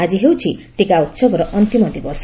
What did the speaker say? ଆଜି ହେଉଛି ଟିକା ଉତ୍ସବର ଅନ୍ତିମ ଦିବସ